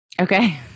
Okay